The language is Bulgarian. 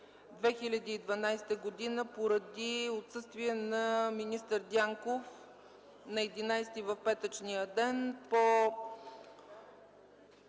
2012 г., поради отсъствие на министър Дянков на 11-ти в петъчния ден.